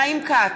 חיים כץ,